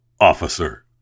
officer